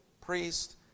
priest